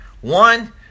One